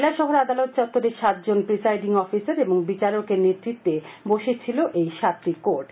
কৈলাসহর আদালত চত্বরে সাতজন প্রিসাইডিং অফিসার বা বিচারকের নেতৃত্বে বসেছিল সাতটি কোর্ট